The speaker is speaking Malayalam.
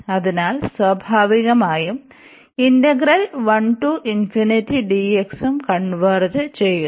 അതിനാൽ സ്വാഭാവികമായും ഇന്റഗ്രൽ ഉം കൺവെർജ് ചെയ്യുന്നു